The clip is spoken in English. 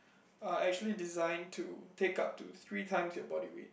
are actually designed to take up to three times your body weight